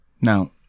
Now